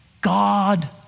God